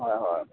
হয় হয়